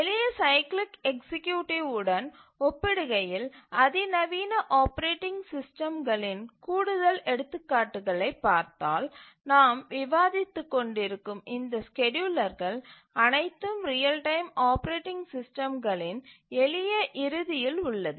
எளிய cyclic executive உடன் ஒப்பிடுகையில் அதிநவீன ஆப்பரேட்டிங் சிஸ்டம்களின் கூடுதல் எடுத்துக்காட்டுகளைப் பார்த்தால் நாம் விவாதித்துக் கொண்டிருக்கும் இந்த ஸ்கேட்யூலர்கள் அனைத்தும் ரியல் டைம் ஆப்பரேட்டிங் சிஸ்டம்களின் எளிய இறுதியில் உள்ளது